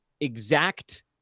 exact